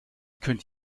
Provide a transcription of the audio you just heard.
könnt